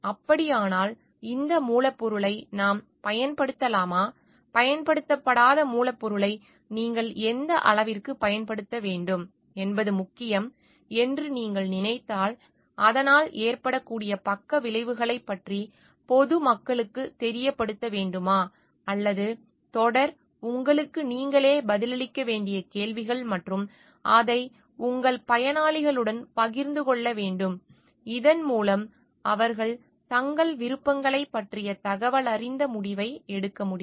அப்படியானால் இந்த மூலப்பொருளை நாம் பயன்படுத்தலாமா பயன்படுத்தப்படாத மூலப்பொருளை நீங்கள் எந்த அளவிற்குப் பயன்படுத்த வேண்டும் என்பது முக்கியம் என்று நீங்கள் நினைத்தால் அதனால் ஏற்படக்கூடிய பக்கவிளைவுகளைப் பற்றி பொதுமக்களுக்கு தெரியப்படுத்த வேண்டுமா அல்லது தொடர் உங்களுக்கு நீங்களே பதிலளிக்க வேண்டிய கேள்விகள் மற்றும் அதை உங்கள் பயனாளிகளுடன் பகிர்ந்து கொள்ள வேண்டும் இதன் மூலம் அவர்கள் தங்கள் விருப்பங்களைப் பற்றிய தகவலறிந்த முடிவை எடுக்க முடியும்